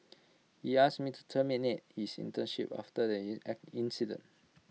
he ask me to terminate his internship after the incident